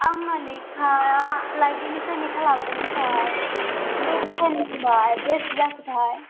आंना लेखा लाइब्रेरिनिफ्राय लेखा लाबोदोंमोन सार ओमफ्राय फाइनआ बेसे जाखोथाय